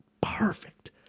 Perfect